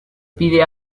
pide